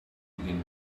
begin